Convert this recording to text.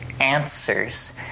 answers